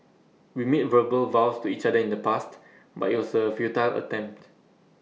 we made verbal vows to each other in the past but IT was A futile attempt